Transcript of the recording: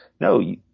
no